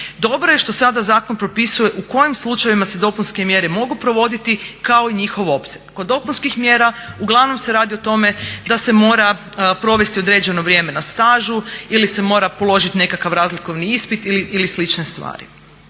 Dobro je što sada zakon propisuje u kojim slučajevima se dopunske mjere mogu provoditi kao i njihov opseg. Kod dopunskih mjera uglavnom se radi o tome da se mora provesti određeno vrijeme na stažu ili se mora položiti nekakav razlikovni ispit ili slične stvari.